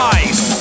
ice